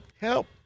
help